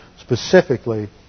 specifically